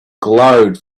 glowed